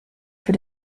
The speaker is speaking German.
für